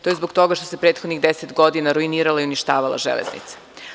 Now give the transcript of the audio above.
To je zbog toga što se prethodnih 10 godina ruinirala i uništavala „Železnica“